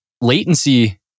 latency